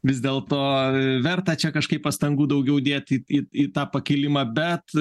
vis dėlto verta čia kažkaip pastangų daugiau dėt į į tą pakilimą bet